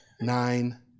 nine